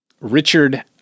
Richard